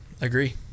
Agree